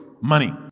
Money